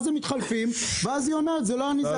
הם מתחלפים ואז היא אומרת: זה לא אני,